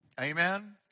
Amen